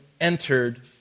entered